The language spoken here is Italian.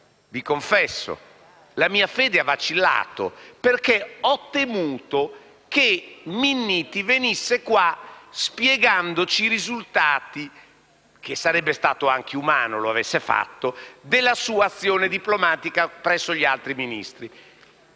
Vi confesso che la mia fede ha vacillato, perché ho temuto che Minniti venisse qua a spiegarci i risultati (sarebbe stato anche umano se lo avesse fatto) della sua azione diplomatica presso gli altri Ministri.